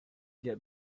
get